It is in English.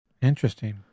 Interesting